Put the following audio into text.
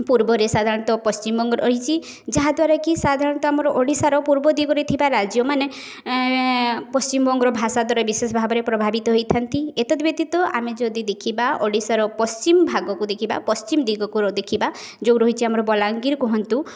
ପୂର୍ବରେ ସାଧାରଣତଃ ପଶ୍ଚିମବଙ୍ଗ ରହିଛି ଯାହାଦ୍ୱାରା କି ସାଧାରଣତଃ ଆମର ଓଡ଼ିଶାର ପୂର୍ବ ଦିଗରେ ଥିବା ରାଜ୍ୟମାନେ ପଶ୍ଚିମବଙ୍ଗର ଭାଷା ଦ୍ୱାରା ବିଶେଷ ଭାବରେ ପ୍ରଭାବିତ ହେଇଥାନ୍ତି ଏତଦ୍ ବ୍ୟତୀତ ଆମେ ଯଦି ଦେଖିବା ଓଡ଼ିଶାର ପଶ୍ଚିମ ଭାଗକୁ ଦେଖିବା ପଶ୍ଚିମ ଦିଗକୁ ଦେଖିବା ଯେଉଁ ରହିଛି ଆମର ବଲାଙ୍ଗୀର କୁହନ୍ତୁ